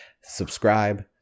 Subscribe